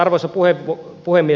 arvoisa puhemies